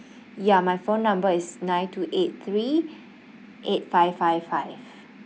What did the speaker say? ya my phone number is nine two eight three eight five five five